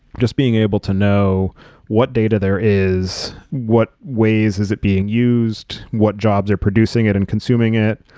just being able to know what data there is, what ways is it being used? what jobs are producing it and consuming it?